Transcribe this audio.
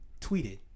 tweeted